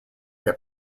get